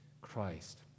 Christ